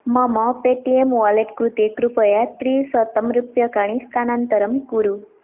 मम Paytm wallet कृते कृपया त्रिशतरूप्यकाणि स्थानान्तरं कुरु